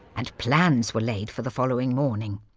and plans were laid for the following morning.